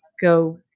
go